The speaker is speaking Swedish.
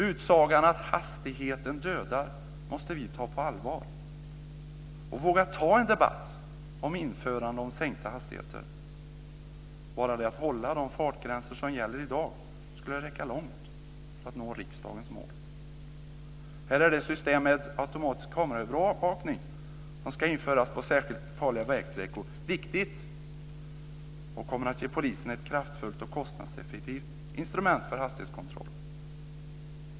Utsagan att hastigheten dödar måste vi ta på allvar och våga ta en debatt om införande av sänkta hastigheter. Bara det att hålla de fartgränser som gäller i dag skulle räcka långt för att nå riksdagens mål. Här är det system med automatisk kameraövervakning som ska införas på särskilt farliga vägsträckor viktigt. Det kommer att ge polisen ett kraftfullt och kostnadseffektivt instrument för hastighetskontroll.